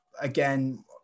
again